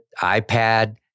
iPad